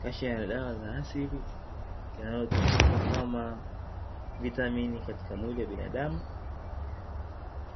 Kasha ya dawa za asili yanayotumika kama vitamini katika mwili wa binadamu,